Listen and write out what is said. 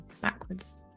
backwards